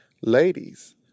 Ladies